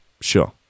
Sure